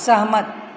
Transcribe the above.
सहमत